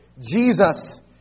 Jesus